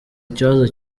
ikibazo